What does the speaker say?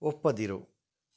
ಒಪ್ಪದಿರು